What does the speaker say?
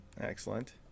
Excellent